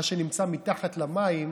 מה שנמצא מתחת למים